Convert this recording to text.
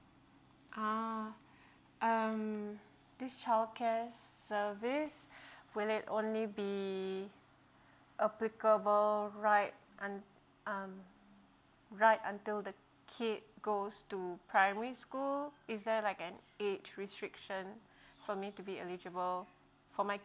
ah um this childcare service will it only be applicable right un~ um right until the kid goes to primary school is there like an age restriction for me to be eligible for my